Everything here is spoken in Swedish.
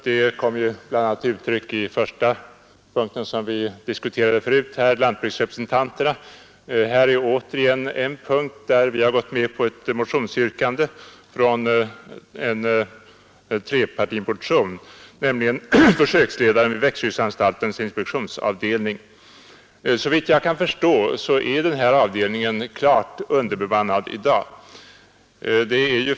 Det kom bl.a. till uttryck på den punkt som förut diskuterades och som gällde lantbruksnämnderna. Här är återigen en punkt där vi har gått med på ett yrkande i en trepartimotion, nämligen om inrättande av en tjänst som försöksledare vid växtskyddsanstaltens inspektionsavdelning. Såvitt jag kan förstå är den här avdelningen klart underbemannad i dag.